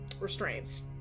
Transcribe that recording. restraints